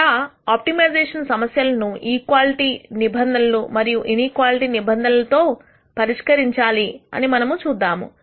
ఎలా ఆప్టిమైజేషన్ సమస్యలను ఇక్వాలిటీ నిబంధనలు మరియు ఇనీక్వాలిటీ నిబంధనలతో ఎలా పరిష్కరించాలి మనము చూద్దాము